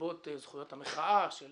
לרבות זכויות המחאה של